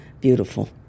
beautiful